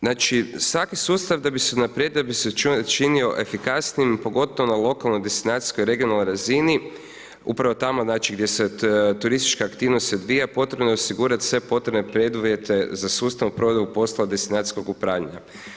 Znači, svaki sustav da bi se unaprijedio, da bi se učinio efikasnijim, pogotovo na lokalnoj destinacijskoj regionalnoj razini, upravo tamo gdje se turistička aktivnost odvija, potrebno je osigurati sve potrebne preduvjete za sustavnu provedbu posla destinacijskom upravljanja.